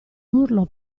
urlo